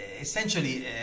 Essentially